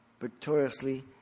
victoriously